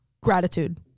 gratitude